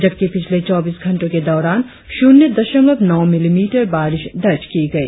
जबकि पिछले चौबीस घंटों के दौरान शुन्य दशमलव नो मिलीमीटर बारिश दर्ज की गई